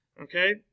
okay